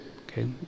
okay